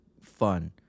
fun